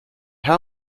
how